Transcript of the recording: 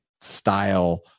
style